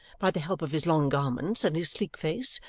by the help of his long garments, and his sleek face,